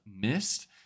missed